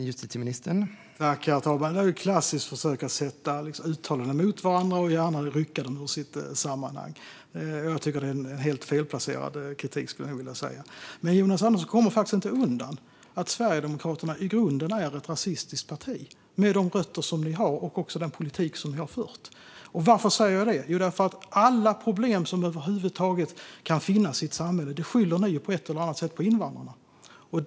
Herr talman! Det här är ett klassiskt försök att ställa uttalanden mot varandra och gärna rycka dem ur sitt sammanhang. Det är helt felplacerad kritik. Ni kommer inte undan att Sverigedemokraterna är ett i grunden rasistiskt parti, Jonas Andersson, med de rötter ni har och den politik som ni har fört. Varför säger jag det? Jo, därför att alla problem som över huvud taget kan finnas i ett samhälle skyller ni på ett eller annat sätt på invandrarna.